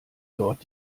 dort